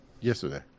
yesterday